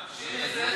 מממשים את זה?